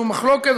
שום מחלוקת.